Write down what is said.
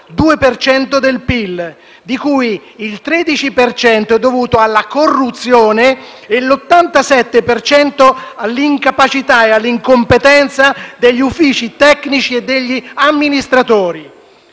del PIL), di cui il 13 per cento è dovuto alla corruzione e l'87 per cento all'incapacità e all'incompetenza degli uffici tecnici e degli amministratori.